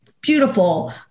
beautiful